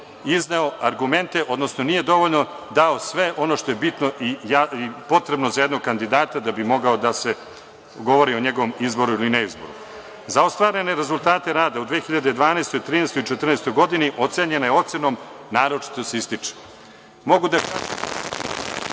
izneo argumente, odnosno nije dovoljno dao sve ono što je bitno i potrebno za jednog kandidata da bi moglo da se govori o njegovom izboru ili neizboru.Za ostvarene rezultate rada u 2012, 2013. i 2014. godini ocenjena je ocenom – naročito se ističe.